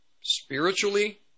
Spiritually